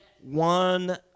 one